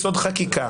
מהפכה?